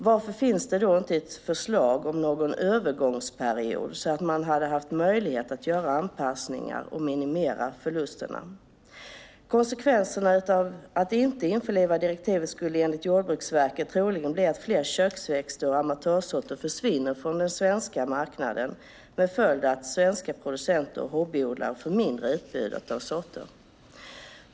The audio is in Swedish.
Varför finns det inte något förslag om en övergångsperiod så att man hade haft möjlighet att göra anpassningar och minimera förlusterna? Konsekvenserna av att inte införliva direktivet skulle enligt Jordbruksverket troligen bli att fler köksväxter och amatörsorter försvinner från den svenska marknaden med följd att svenska producenter och hobbyodlare får ett mindre utbud av sorter.